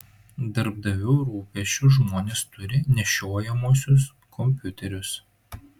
darbdavių rūpesčiu žmonės turi nešiojamuosius kompiuterius